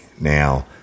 Now